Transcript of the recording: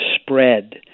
spread